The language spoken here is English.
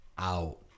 out